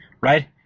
right